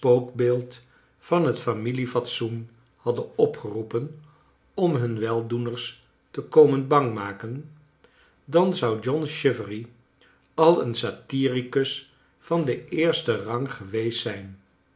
spookbeeld van het fami lie fatso en hadden opgeroepen om hun weldoeners te komen bang maken dan zou john chivery al een satiricus van den eersten rang geweest zijn